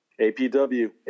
APW